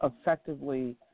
effectively